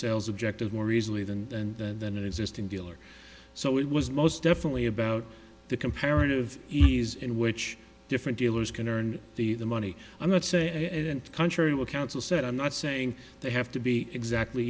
sales objective more easily than and than an existing dealer so it was most definitely about the comparative ease in which different dealers can earn the the money i'm not saying and country would counsel said i'm not saying they have to be exactly